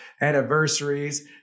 Anniversaries